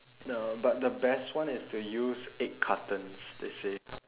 no but the best one is to use egg cartons they say